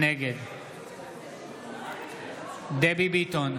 נגד דבי ביטון,